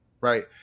right